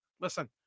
listen